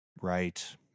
Right